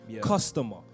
customer